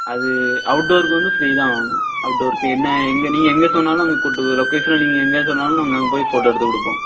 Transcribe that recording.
அது அவுட்டோருக்கு வந்து ஃப்ரீ தான் வாங்குவோம் அவுட்டோருக்கு என்ன எங்கே நீங்கள் எங்கே சொன்னாலும் அங்கே கூட்டு போய்டுவோம் லொகேஷன் நீங்கள் எங்கே சொன்னாலும் நாங்கள் அங்கே போய் போட்டோ எடுத்து கொடுப்போம்